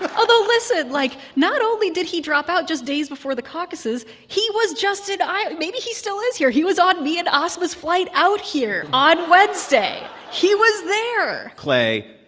although, listen like, not only did he drop out just days before the caucuses, he was just in iowa. maybe he still is here. he was on me and asma's flight out here on wednesday he was there clay,